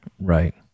right